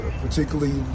particularly